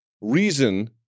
reason